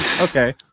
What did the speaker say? okay